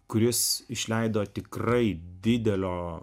kuris išleido tikrai didelio